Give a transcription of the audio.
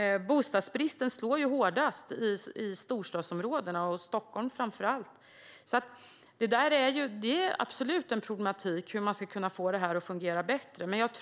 Bostadsbristen slår hårdast i storstadsområdena och framför allt i Stockholm. Detta är absolut ett problem, och vi måste få det att fungera bättre.